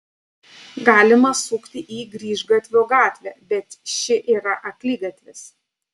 galima sukti į grįžgatvio gatvę bet ši yra akligatvis